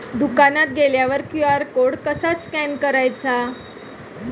दुकानात गेल्यावर QR code कसा स्कॅन करायचा?